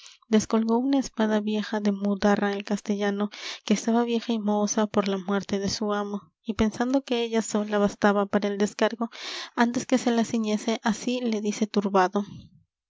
descolgó una espada vieja de mudarra el castellano que estaba vieja y mohosa por la muerte de su amo y pensando que ella sola bastaba para el descargo antes que se la ciñese así le dice turbado